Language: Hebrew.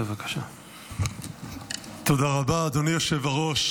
תודה רבה, אדוני היושב-ראש.